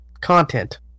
content